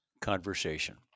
conversation